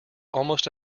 almost